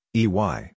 ey